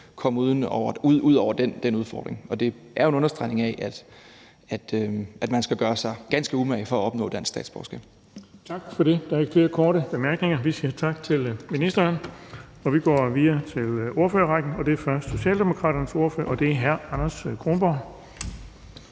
komme ud over den udfordring. Det er en understregning af, at man skal gøre sig ganske umage for at opnå dansk statsborgerskab. Kl. 18:32 Den fg. formand (Erling Bonnesen): Tak for det. Der er ikke flere korte bemærkninger. Vi siger tak til ministeren. Vi går videre til ordførerrækken, og det er først Socialdemokraternes ordfører hr. Anders Kronborg.